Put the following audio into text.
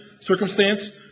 circumstance